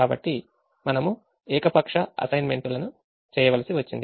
కాబట్టి మనము ఏకపక్ష అసైన్మెంట్ లను చేయవలసి వచ్చింది